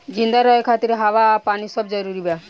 जिंदा रहे खातिर हवा आ पानी सब जरूरी बा